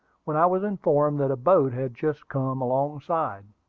when i was informed that boat had just come alongside.